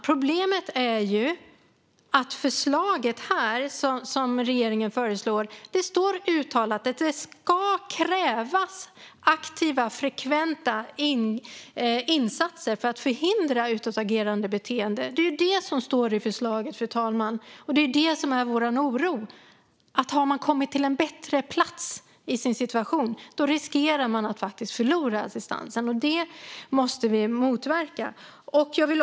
Problemet är att det i regeringens förslag står uttalat att det ska krävas aktiva frekventa insatser för att förhindra utåtagerande beteende. Och det är det som utgör vår oro. Om man har kommit till en bättre plats i sin situation riskerar man att förlora assistansen. Det måste vi motverka.